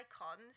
icons